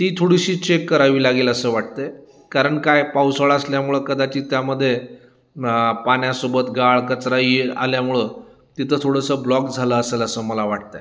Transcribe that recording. ती थोडीशी चेक करावी लागेल असं वाटत आहे कारण काय पावसाळा असल्यामुळं कदाचित त्यामध्ये पाण्यासोबत गाळ कचरा ये आल्यामुळं तिथं थोडंसं ब्लॉक झालं असेल असं मला वाटत आहे